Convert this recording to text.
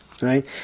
right